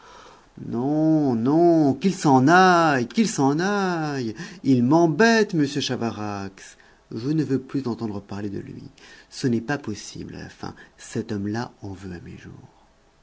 non non qu'il s'en aille qu'il s'en aille il m'embête monsieur chavarax je ne veux plus entendre parler de lui ce n'est pas possible à la fin cet homme-là en veut à mes jours